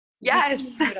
Yes